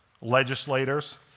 legislators